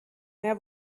mehr